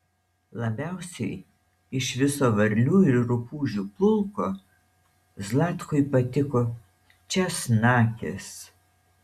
labiausiai iš viso varlių ir rupūžių pulko zlatkui patiko česnakės